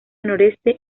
noreste